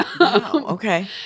okay